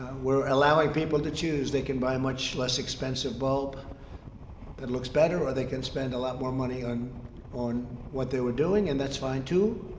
we're allowing people to choose. they can buy a much less expensive bulb that looks better, or they can spend a lot more money on on what they were doing, and that's fine, too.